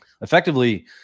effectively